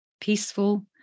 peaceful